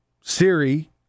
Siri